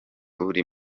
buri